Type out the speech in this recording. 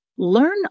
Learn